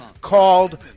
called